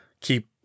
keep